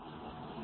rr3mr3 3m